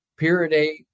pyridate